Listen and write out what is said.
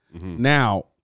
Now